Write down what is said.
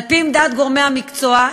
על-פי עמדת גורמי המקצוע,